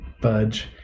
budge